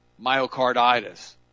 myocarditis